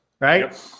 right